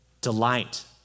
delight